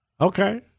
Okay